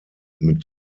mit